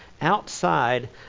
outside